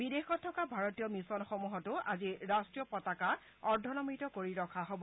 বিদেশত থকা ভাৰতীয় মিছনসমূহতো আজি ৰাষ্ট্ৰীয় পতাকা অৰ্ধনমিত কৰি ৰখা হ'ব